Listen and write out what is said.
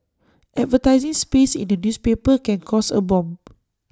advertising space in A newspaper can cost A bomb